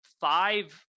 five